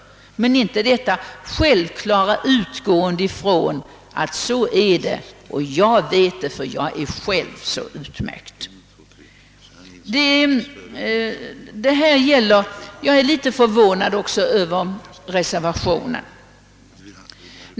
Det har man däremot inte för detta självklara utgående från att så är det, och det vet jag, ty jag är själv så utmärkt. Jag är inte så litet förvånad över reservationen.